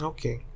Okay